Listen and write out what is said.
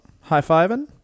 high-fiving